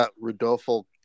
Rodolfo